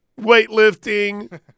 weightlifting